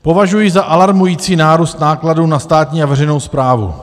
Považuji za alarmující nárůst nákladů na státní a veřejnou správu.